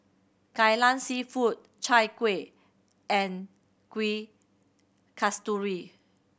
Kai Lan Seafood Chai Kueh and Kuih Kasturi